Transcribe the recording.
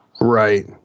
Right